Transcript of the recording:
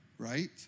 right